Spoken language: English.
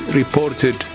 reported